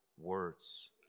words